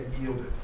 yielded